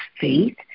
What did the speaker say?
faith